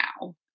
now